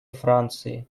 франции